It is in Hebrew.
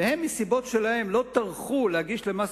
ומסיבות שלהם הם לא טרחו להגיש למס